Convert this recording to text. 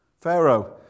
Pharaoh